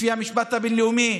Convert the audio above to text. לפי המשפט הבין-לאומי,